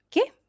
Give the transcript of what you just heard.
okay